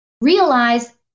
Realize